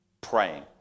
Praying